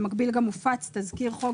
במקביל גם הופץ תזכיר חוק,